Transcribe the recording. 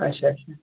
اچھا اچھا